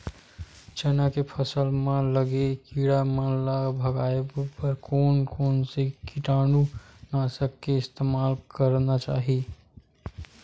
चना के फसल म लगे किड़ा मन ला भगाये बर कोन कोन से कीटानु नाशक के इस्तेमाल करना चाहि?